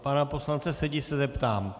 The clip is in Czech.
Pana poslance Sedi se zeptám: